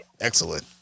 excellent